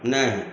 नहि